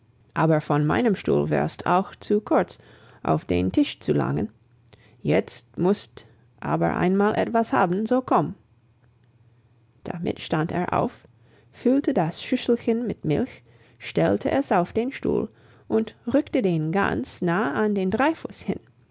aber von meinem stuhl wärst auch zu kurz auf den tisch zu langen jetzt musst aber einmal etwas haben so komm damit stand er auf füllte das schüsselchen mit milch stellte es auf den stuhl und rückte den ganz nah an den dreifuß hin